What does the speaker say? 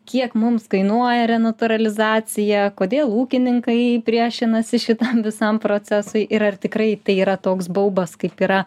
kiek mums kainuoja renatūralizacija kodėl ūkininkai priešinasi šitam visam procesui ir ar tikrai tai yra toks baubas kaip yra